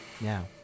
Now